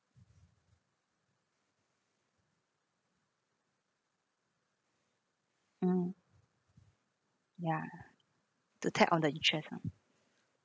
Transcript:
mm ya to tag on the insurance